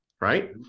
right